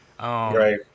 right